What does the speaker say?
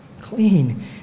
clean